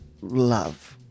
love